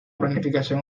planificación